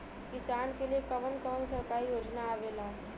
किसान के लिए कवन कवन सरकारी योजना आवेला?